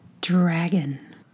dragon